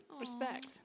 Respect